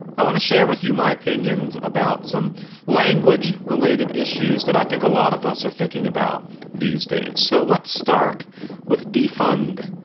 i want to share with you my opinions about some language related issues that i think a lot of us are thinking about these days. so let's start with defund,